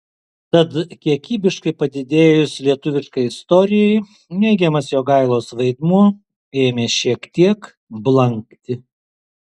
tad kiekybiškai padidėjus lietuviškai istorijai neigiamas jogailos vaidmuo ėmė šiek tiek blankti